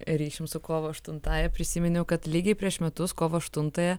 ryšium su kovo aštuntąja prisiminiau kad lygiai prieš metus kovo aštuntąją